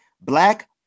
black